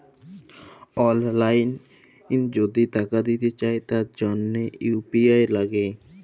অললাইল যদি টাকা দিতে চায় তার জনহ ইউ.পি.আই লাগে